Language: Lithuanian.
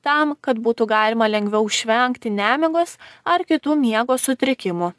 tam kad būtų galima lengviau išvengti nemigos ar kitų miego sutrikimų